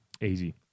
Easy